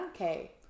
Okay